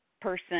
person